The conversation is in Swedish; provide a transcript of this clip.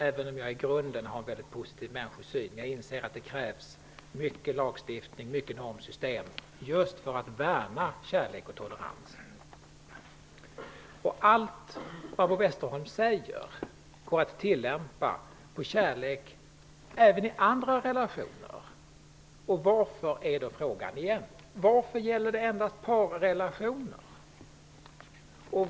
Även om jag i grunden har en mycket positiv människosyn inser jag att det krävs mycket lagstiftning och många normsystem för att värna kärlek och tolerans. Allt det som Barbro Westerholm säger går att tillämpa på kärlek även i andra relationer. Varför gäller det endast parrelationer?